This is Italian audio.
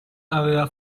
aveva